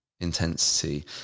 intensity